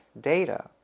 data